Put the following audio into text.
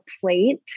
plate